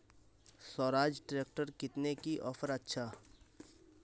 Swaraj tractor किनले की offer अच्छा?